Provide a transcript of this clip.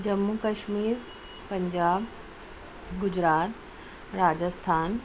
Jammu Kashmir Punjab Gujarat Rajasthan